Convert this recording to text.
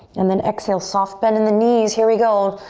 and then exhale, soft bend in the knees. here we go,